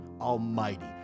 Almighty